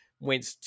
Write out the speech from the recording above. went